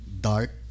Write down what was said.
dark